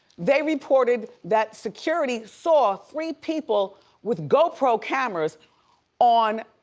they reported that security saw three people with gopro cameras on,